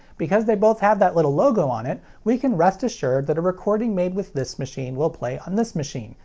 because they both have that little logo on it, we can rest assured that a recording made with this machine will play on this machine,